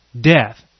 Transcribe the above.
Death